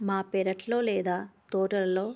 మా పెరట్లో లేదా తోటలల్లో